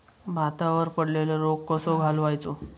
भातावर पडलेलो रोग कसो घालवायचो?